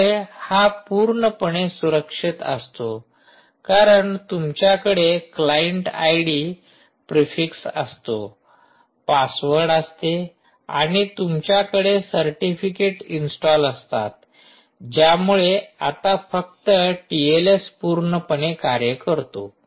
त्यामुळे हा पूर्णपणे सुरक्षित असतो कारण तुमच्याकडे क्लाइंट आयडी प्रीफिक्स असतो पासवर्ड असते आणि तुमच्याकडे सर्टिफिकेट इन्स्टॉल असतात ज्यामुळे आता फक्त टीएलएस पूर्णपणें कार्य करतो